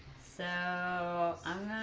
so